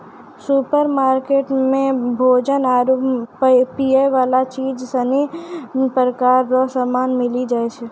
supermarket मे भोजन आरु पीयवला चीज सनी प्रकार रो समान मिली जाय छै